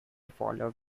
followed